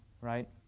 right